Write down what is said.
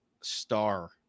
star